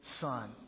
son